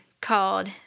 called